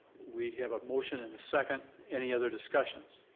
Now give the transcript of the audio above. we have a motion and a second. any other discussions?